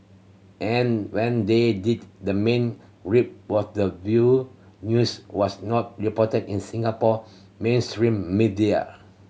and when they did the main gripe was the view news was not reported in Singapore mainstream media